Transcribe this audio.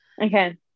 okay